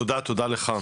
תודה, תודה לך.